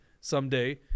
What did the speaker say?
someday